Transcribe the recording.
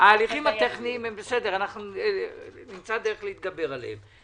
ההליכים הטכניים בסדר, נמצא איך להתגבר עליהם.